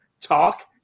talk